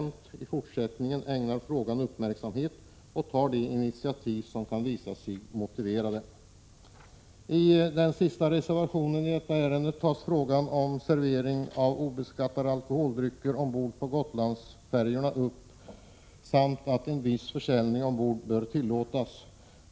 1986/87:113 en ägnar frågan uppmärksamhet och tar de initiativ som kan visa sig motiverade. I den sista reservationen i detta ärende berörs frågan om servering av obeskattade alkolholdrycker ombord på Gotlandsfärjorna och hävdas att en viss försäljning ombord bör tillåtas.